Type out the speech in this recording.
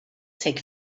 take